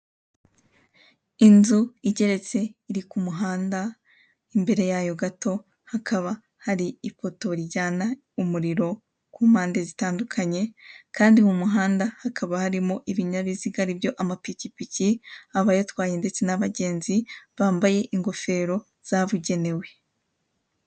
Inzu igeretse iri kumuhanda imbere yayo gato hakaba hari ipoto rijyana umuriro ku mpande zitandukanye kandi mu muhanda hakaba harimo ibinyabiziga aribyo amapikipiki abayatwaye ndetse n'abagenzi bambaye ingofero zabugenewe.